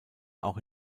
auch